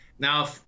Now